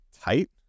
tight